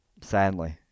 sadly